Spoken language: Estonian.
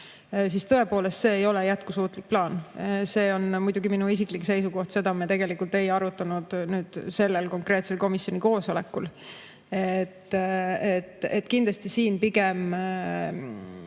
siis tõepoolest, see ei ole jätkusuutlik plaan. See on muidugi minu isiklik seisukoht, seda me tegelikult ei arutanud sellel konkreetsel komisjoni koosolekul. Mis puudutab